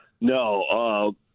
No